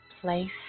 place